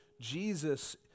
Jesus